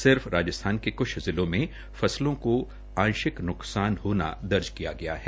सिर्फ राजस्थान के कुछ जिलों में फसलों का आंशिक नुकसान होना दर्ज किया गया है